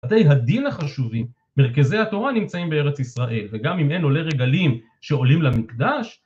בדי הדין החשובים, מרכזי התורה, נמצאים בארץ ישראל. וגם אם אין עולי רגלים שעולים למקדש,